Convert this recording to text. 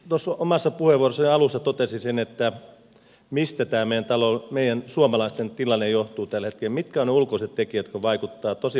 minä omassa puheenvuorossani alussa totesin sen mistä tämä meidän suomalaisten tilanne johtuu tällä hetkellä mitkä ovat ne ulkoiset tekijät jotka vaikuttavat tosi vahvasti täällä